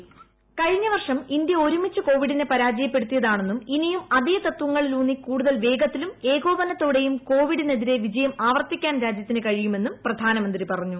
voice കഴിഞ്ഞ വർഷം India ഒരുമിച്ച് കോവിഡിനെ പരാജയപ്പെടുത്തിയതാണെന്നും ഇനിയും അതേ തത്വങ്ങളിലുന്നി കൂടുതൽ വേഗത്തിലും ഏകോപനത്തോടെയും കോവിഡിനെതിരെ വിജയം ആവർത്തിക്കാൻ രാജ്യത്തിന് കഴിയുമെന്നും പ്രധാനമന്ത്രി പറഞ്ഞു